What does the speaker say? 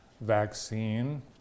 vaccine